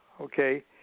okay